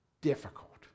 difficult